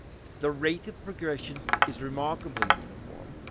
the rate of progression is remarkably uniform,